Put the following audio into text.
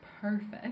perfect